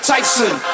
Tyson